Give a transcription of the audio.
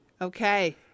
Okay